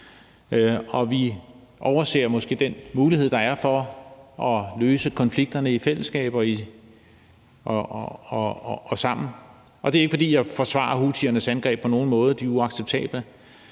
Og vi overser måske den mulighed, der er for at løse konflikterne i fællesskab og sammen. Det er ikke, fordi jeg vil forsvare houthiernes angreb på nogen måde. De er uacceptable.